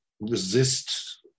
resist